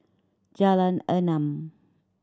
Jalan Enam